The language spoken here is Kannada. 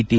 ಟಿ